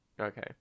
Okay